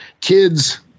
kids